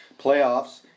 playoffs